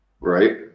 right